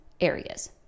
areas